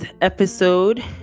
episode